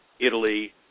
Italy